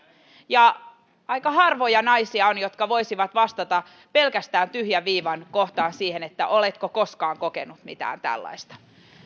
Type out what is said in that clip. ja aika harvoja naisia on jotka voisivat vastata pelkästään tyhjän viivan kohtaan oletko koskaan kokenut mitään tällaista